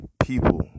people